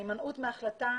ההימנעות מהחלטה,